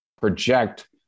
project